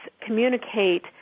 communicate